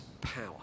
power